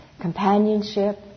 companionship